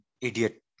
idiot